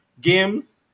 games